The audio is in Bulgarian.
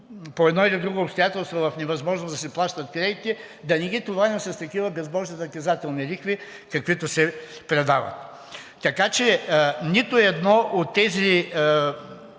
по едно или друго обстоятелство в невъзможност да си плащат кредитите, да не ги товарим с такива безбожни наказателни лихви, каквито се предават. Така че нито едно от тези